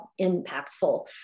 impactful